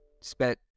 spent